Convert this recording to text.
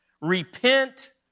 repent